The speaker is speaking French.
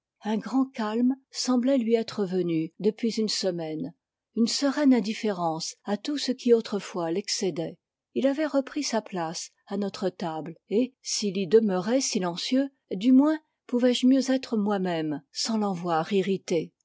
un grand calme semblait lui être venu depuis une semaine une sereine indifférence à tout ce qui autrefois l'excédait il avait repris sa place à notre table et s'il y demeurait silencieux du moins pouvais-je mieux être moi-même sans